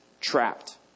trapped